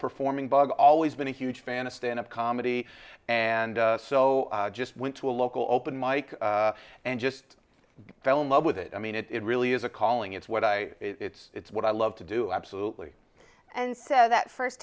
performing bug always been a huge fan a stand up comedy and so just went to a local open mike and just fell in love with it i mean it really is a calling it's what i it's what i love to do absolutely and so that first